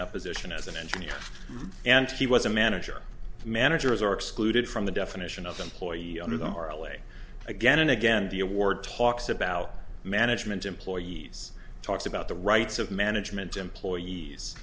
that position as an engineer and he was a manager managers are excluded from the definition of employee under them are away again and again the award talks about management employees talks about the rights of management employees